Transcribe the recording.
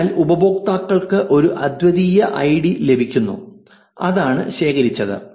അതിനാൽ ഉപയോക്താക്കൾക്ക് ഒരു അദ്വിതീയ ഐഡി ലഭിക്കുന്നു അതാണ് ശേഖരിച്ചത്